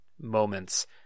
moments